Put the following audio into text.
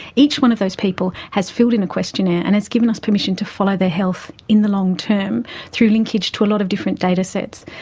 each one of those people has filled in a questionnaire and has given us permission to follow their health in the long term through linkage to a lot of different datasets.